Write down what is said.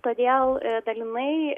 todėl dalinai